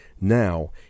Now